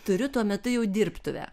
turiu tuo metu jau dirbtuvę